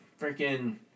Freaking